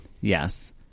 Yes